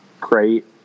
great